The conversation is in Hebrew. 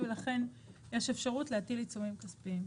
ולכן יש אפשרות להטיל עיצומים כספיים.